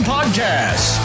Podcast